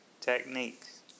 techniques